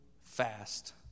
fast